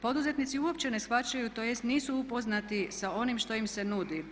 Poduzetnici uopće ne shvaćaju, tj. nisu upoznati sa onim što im se nudi.